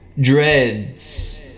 Dreads